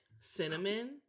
Cinnamon